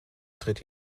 tritt